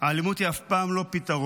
האלימות היא אף פעם לא פתרון.